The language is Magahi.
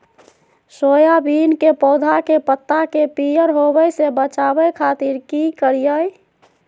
सोयाबीन के पौधा के पत्ता के पियर होबे से बचावे खातिर की करिअई?